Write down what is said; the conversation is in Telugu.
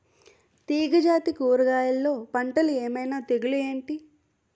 తీగ జాతి కూరగయల్లో పంటలు ఏమైన తెగులు ఏంటి?